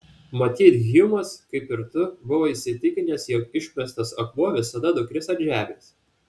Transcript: matyt hjumas kaip ir tu buvo įsitikinęs jog išmestas akmuo visada nukris ant žemės